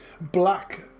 black